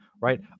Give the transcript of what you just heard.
Right